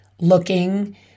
looking